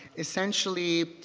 essentially,